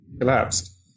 collapsed